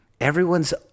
everyone's